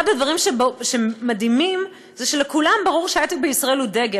אחד הדברים שמדהימים זה שלכולם ברור שההיי-טק בישראל הוא דגל.